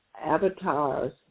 avatars